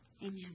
Amen